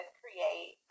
create